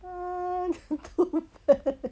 uh